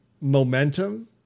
momentum